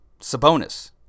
Sabonis